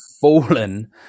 fallen